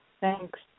Thanks